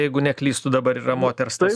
jeigu neklystu dabar yra moters tas